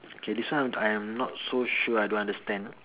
okay this one I am not so sure I don't understand